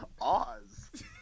Oz